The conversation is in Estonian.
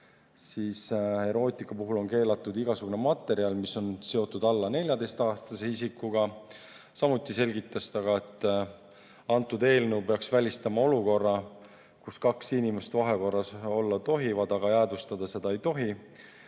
siis erootika puhul on keelatud igasugune materjal, mis on seotud alla 14‑aastase isikuga. Samuti selgitas ta, et eelnõu peaks välistama olukorra, kus kaks inimest vahekorras olla tohivad, aga jäädvustada seda ei tohi.